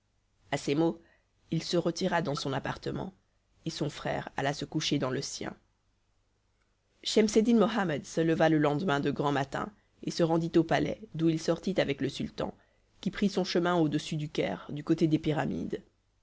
à ces mots il se retira dans son appartement et son frère alla se coucher dans le sien schemseddin mohammed se leva le lendemain de grand matin et se rendit au palais d'où il sortit avec le sultan qui prit son chemin au-dessus du caire du côté des pyramides